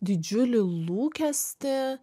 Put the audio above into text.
didžiulį lūkestį